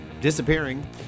disappearing